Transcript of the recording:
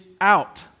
out